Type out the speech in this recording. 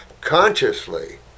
consciously